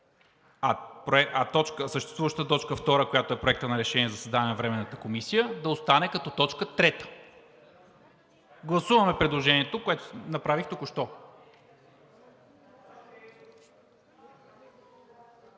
а съществуващата точка втора, която е – Проект на решение за създаване на Временна комисия, да остане като точка трета. Гласуваме предложението, което направих току-що.